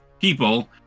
people